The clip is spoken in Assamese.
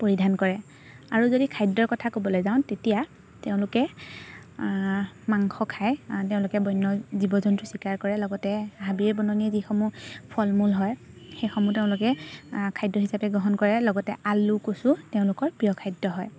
পৰিধান কৰে আৰু যদি খাদ্যৰ কথা ক'বলৈ যাওঁ তেতিয়া তেওঁলোকে মাংস খাই তেওঁলোকে বন্য জীৱ জন্তু চিকাৰ কৰে লগতে হাবিয়ে বননিয়ে যিসমূহ ফল মূল হয় সেইসমূহ তেওঁলোকে খাদ্য হিচাপে গ্ৰহণ কৰে লগতে আলু কচু তেওঁলোকৰ প্ৰিয় খাদ্য হয়